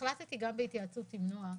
החלטתי גם בהתייעצות עם נועה,